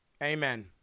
Amen